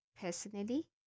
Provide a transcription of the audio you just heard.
personally